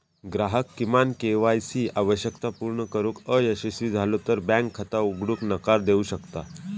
ग्राहक किमान K Y C आवश्यकता पूर्ण करुक अयशस्वी झालो तर बँक खाता उघडूक नकार देऊ शकता